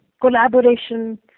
collaboration